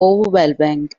overwhelming